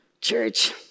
Church